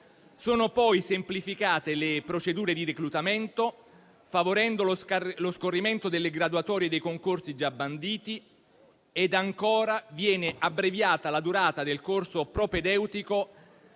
Sono poi semplificate le procedure di reclutamento, favorendo lo scorrimento delle graduatorie dei concorsi già banditi; ancora, viene abbreviata la durata del corso propedeutico